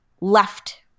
left